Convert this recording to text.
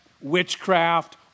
witchcraft